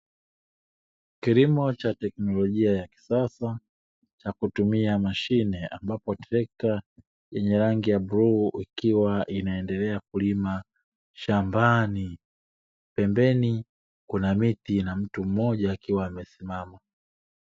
Kilimo cha teknolojia ya kisasa kwa kutumia mashine ambapo trekta lenye rangi ya bluu ikiwa inaendelea kulima shambani, pembeni kuna miti na mtu mmoja akiwa amesimama.